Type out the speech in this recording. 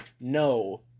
no